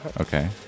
Okay